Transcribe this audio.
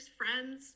friends